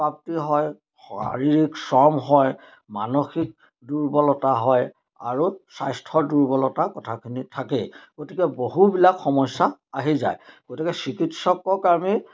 প্ৰাপ্তি হয় শাৰীৰিক শ্ৰম হয় মানসিক দুৰ্বলতা হয় আৰু স্বাস্থ্যৰ দুৰ্বলতা কথাখিনি থাকেই গতিকে বহুবিলাক সমস্যা আহি যায় গতিকে চিকিৎসকক আমি